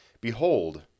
Behold